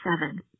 Seven